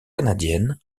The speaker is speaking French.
canadiennes